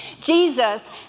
Jesus